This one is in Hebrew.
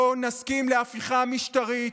לא נסכים להפכה משטרית.